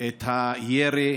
את הירי